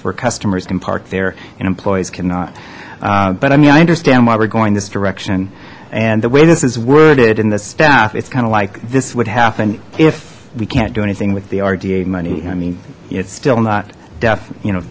for customers can park there and employees cannot but i mean i understand why we're going this direction and the way this is worded in the staff it's kind of like this would happen if we can't do anything with the rda money i mean it's still not deaf you know